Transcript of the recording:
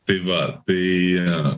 tai va tai